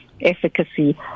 efficacy